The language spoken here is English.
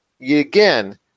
again